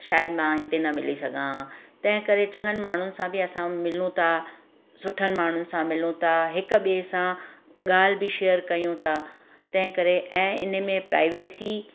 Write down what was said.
शायदि मां हिते न मिली सघां तंहिं करे चङनि माण्हुनि सां बि असां मिलूं था सुठनि माण्हुनि सां मिलूं था हिक ॿिएं सां ॻाल्हि बि शेयर कयूं था तंहिं करे ऐं हिन में प्राइवेसी